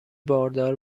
باردار